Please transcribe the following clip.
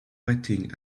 waiting